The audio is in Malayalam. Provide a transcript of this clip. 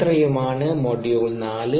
അത്രയുമാണ് മൊഡ്യൂൾ 4